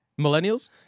Millennials